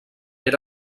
era